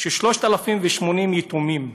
3,080 יתומים.